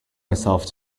myself